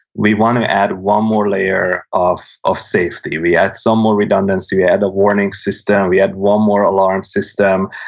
we want to add one more layer of of safety. we add some more redundancy. we add a warning system. we add one more alarm system,